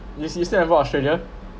you still haven't gone australia